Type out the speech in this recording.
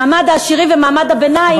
מעמד העשירים ומעמד הביניים,